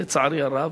לצערי הרב,